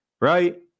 right